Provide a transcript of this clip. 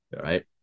right